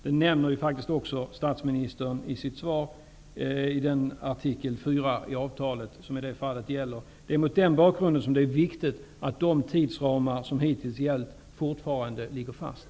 Det nämner också statsministern i sitt svar när han hänvisar till artikel 4 i avtalet, som gäller i det fallet. Mot den bakgrunden är det viktigt att de tidsramar som hittills har gällt fortfarande ligger fast.